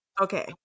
Okay